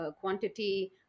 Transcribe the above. quantity